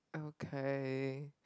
okay